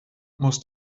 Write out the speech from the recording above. muss